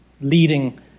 leading